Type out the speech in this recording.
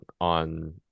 on